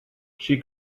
she